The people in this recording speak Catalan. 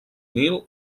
nil